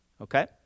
okay